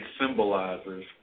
symbolizes